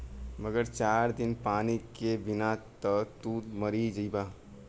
मगर चार दिन पानी के बिना त तू मरिए जइबा